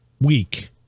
week